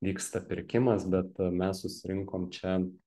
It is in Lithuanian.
vyksta pirkimas bet mes susirinkom čia